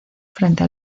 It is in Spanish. frente